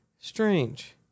strange